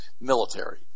military